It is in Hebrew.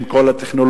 עם כל הטכנולוגיה,